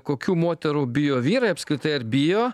kokių moterų bijo vyrai apskritai ar bijo